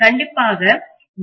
கண்டிப்பாக டி